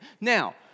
Now